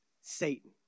Satan